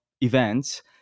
events